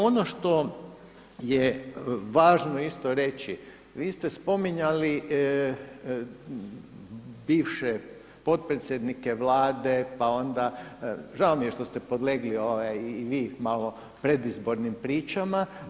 Ono što je važno isto reći, vi ste spominjali bivše potpredsjednike Vlade, pa onda žao mi je što ste podlegli i vi malo predizbornim pričama.